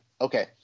Okay